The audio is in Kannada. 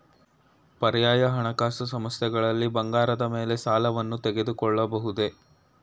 ಪರ್ಯಾಯ ಹಣಕಾಸು ಸಂಸ್ಥೆಗಳಲ್ಲಿ ಬಂಗಾರದ ಮೇಲೆ ಸಾಲವನ್ನು ತೆಗೆದುಕೊಳ್ಳಬಹುದೇ?